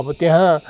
अब त्यहाँ